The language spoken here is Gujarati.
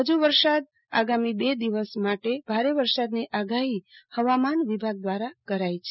હજુ આગામી બે દિવસ માટે ભારે વરસાદની આગાફી હવામાન વિભાગ દ્રારા કરાઈ છે